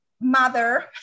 mother